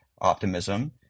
Optimism